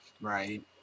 Right